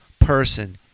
person